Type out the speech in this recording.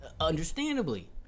understandably